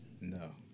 no